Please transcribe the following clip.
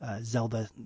Zelda